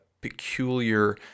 peculiar